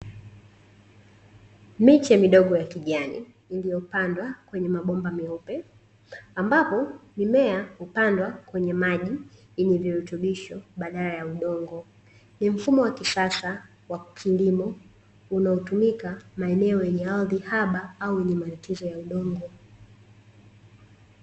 Miche midogo ya kijani iliyopandwa kwenye mabomba meupe ambapo, mimea hupandwa kwenye maji yenye virutubisho baadala ya udongo. Ni mfumo wa kisasa wa kilimo unaotumika maeneo yenye ardhi haba au wenye matatizo ya udongo.